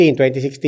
2016